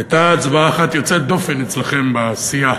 הייתה הצבעה אחת יוצאת דופן אצלכם בסיעה,